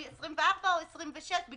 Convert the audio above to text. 24 או 26 באוגוסט,